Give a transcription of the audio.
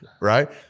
right